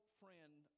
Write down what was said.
friend